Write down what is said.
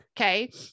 okay